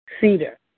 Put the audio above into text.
Cedar